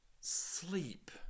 sleep